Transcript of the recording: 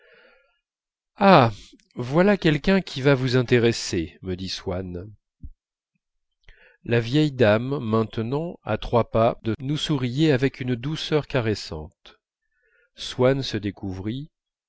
voilà quelqu'un qui va vous intéresser me dit swann la vieille dame maintenant à trois pas de nous souriait avec une douceur caressante swann se découvrit